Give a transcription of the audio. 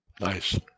nice